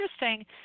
interesting